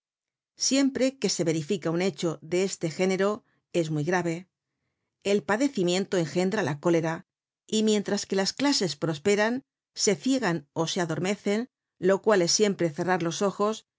siempre que se verifica un hecho de este género es muy grave el padecimiento engendra la cólera y mientras que las clases pros peran se ciegan ó se adormecen lo cual es siempre cerrar los ojos